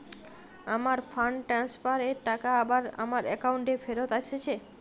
আমার fund transfer এর টাকা আবার আমার একাউন্টে ফেরত এসেছে